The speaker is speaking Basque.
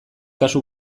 kasu